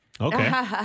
Okay